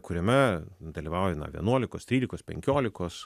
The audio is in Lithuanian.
kuriame dalyvauja na vienuolikos trylikos penkiolikos